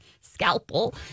scalpel